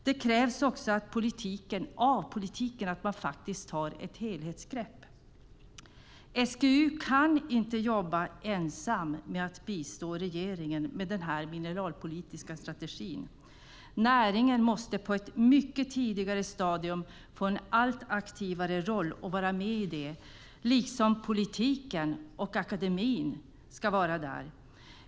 Det krävs också av politiken att man tar ett helhetsgrepp. SGU kan inte jobba ensamt med att bistå regeringen med den mineralpolitiska strategin. Näringen måste på ett mycket tidigare stadium få en allt aktivare roll och vara med i det arbetet, liksom politiken och akademin ska vara där.